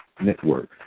Network